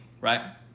right